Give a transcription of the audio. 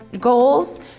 goals